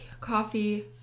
coffee